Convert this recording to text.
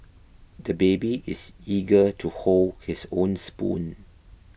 the baby is eager to hold his own spoon